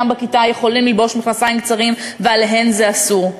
בכיתה יכולים ללבוש מכנסיים קצרים ועליהן זה אסור?